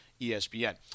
ESPN